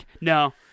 No